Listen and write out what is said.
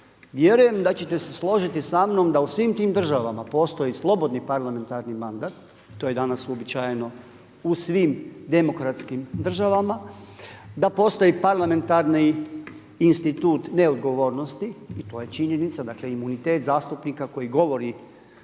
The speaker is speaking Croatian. Vjerujem da ćete se složiti sa mnom da u svim tim državama postoji slobodni parlamentarni mandat, to je danas uobičajeno u svim demokratskim državama, da postoji parlamentarni institut neodgovornosti i to je činjenica. Dakle, imunitet zastupnika koji govori